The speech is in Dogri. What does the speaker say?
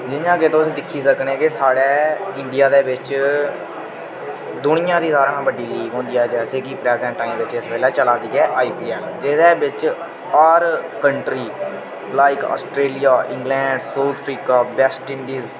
जि'यां कि तुस दिक्खी सकने कि साढ़ै इंडिया दे बिच्च दुनिया दी सारें शा बड्डी लीग होंदी ऐ जैसे कि प्रेजेंट टाइम बिच्च इस बेल्लै चला दी ऐ आईपीएल जेह्दे बिच्च हर country like Australia England South Africa West Indies